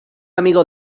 amigo